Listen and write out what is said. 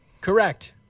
Correct